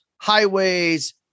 highways